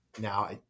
now